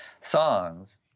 songs